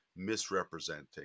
misrepresenting